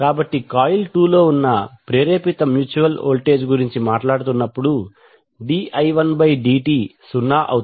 కాబట్టి కాయిల్ 2 లో ఉన్న ప్రేరేపిత మ్యూచువల్ వోల్టేజ్ గురించి మాట్లాడుతున్నప్పుడు di1dt సున్నా అవుతుంది